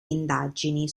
indagini